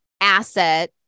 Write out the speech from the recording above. asset